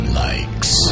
likes